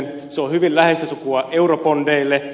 se on hyvin läheistä sukua eurobondeille